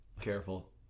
Careful